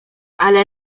ale